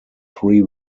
three